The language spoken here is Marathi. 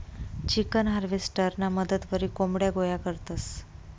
चिकन हार्वेस्टरना मदतवरी कोंबड्या गोया करतंस